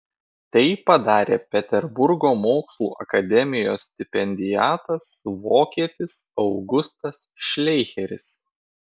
tai padarė peterburgo mokslų akademijos stipendiatas vokietis augustas šleicheris